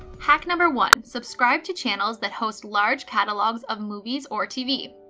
hack number one, subscribe to channels that host large catalogs of movies or tv.